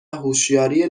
هوشیاری